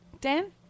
Dan